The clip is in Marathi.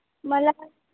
मला